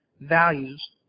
values